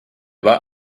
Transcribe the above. war